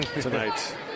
tonight